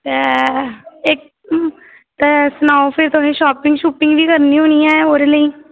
ते ते सनाओ फिर तुसें शॉपिंग शुपिंग बी करनी होनी ऐ ओह्दे लेई